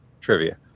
trivia